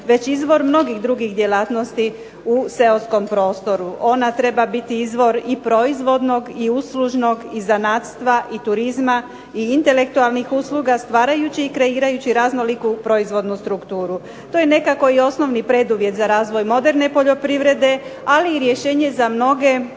već izvor mnogih drugih djelatnosti u seoskom prostoru. Ona treba biti izvor i proizvodnog i uslužnog i zanatstva i turizma i intelektualnih usluga stvarajući i kreirajući raznoliku proizvodnu strukturu. To je nekako i osnovni preduvjet za razvoj moderne poljoprivrede, ali i rješenje za mnoge